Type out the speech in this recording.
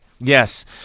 Yes